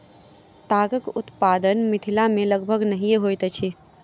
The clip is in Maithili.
तागक उत्पादन मिथिला मे लगभग नहिये होइत अछि